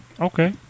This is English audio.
okay